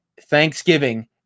Thanksgiving